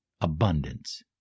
abundance